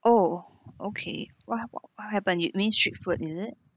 oh okay what hap~ what happened you mean street food is it